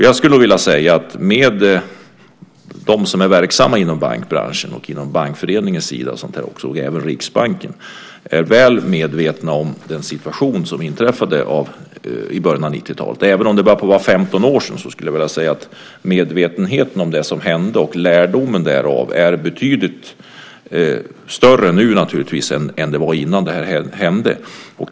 Jag skulle också vilja säga att såväl de som är verksamma inom bankbranschen som Bankföreningen och Riksbanken är väl medvetna om den situation som inträffade i början av 90-talet, även om det börjar bli 15 år sedan. Medvetenheten och lärdomen därav är betydligt större nu än innan detta hände, naturligtvis.